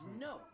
No